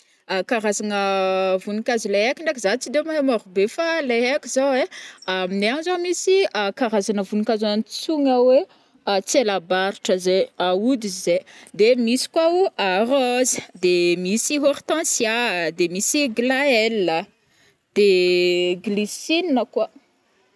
Karazagna voninkazo le aiko ndraiky za tsy de mahay maro be fa le aiko zao ai, aminay agny zao misy karazagna voninkazo antsoigna oe tselabarotra zai, ahody izy zai, de misy koao rose, de misy hortencia, de misy glayel a, de glucine kôa.